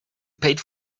paid